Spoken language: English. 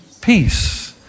Peace